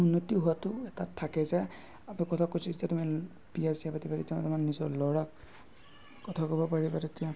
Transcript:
উন্নতি হোৱাতো এটা থাকে যে আৰু কথা কৈছোঁ যে তোমাৰ বিয়া চিয়া পাতি পাৰি তাৰমানে নিজৰ ল'ৰাক কথা ক'ব পাৰিবা তেতিয়া